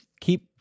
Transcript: keep